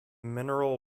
mineral